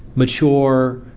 mature,